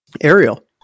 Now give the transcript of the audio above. Ariel